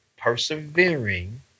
Persevering